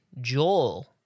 Joel